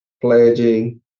pledging